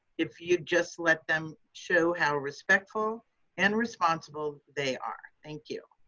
if you just let them show how respectful and responsible they are. thank you.